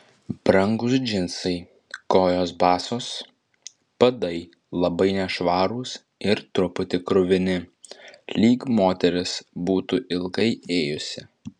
brangūs džinsai kojos basos padai labai nešvarūs ir truputį kruvini lyg moteris būtų ilgai ėjusi